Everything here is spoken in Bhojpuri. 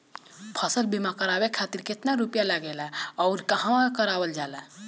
फसल बीमा करावे खातिर केतना रुपया लागेला अउर कहवा करावल जाला?